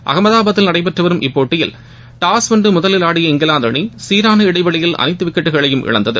அகமதாபாத்தில் நடைபெற்று வரும் இப்போடடியில் டாஸ் வென்று முதலில் ஆடிய இங்கிலாந்து அணி சீரான இடைவெளியில் அனைத்து விக்கெட்டுகளை இழந்தது